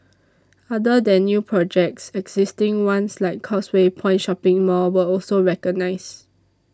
other than new projects existing ones like Causeway Point shopping mall were also recognised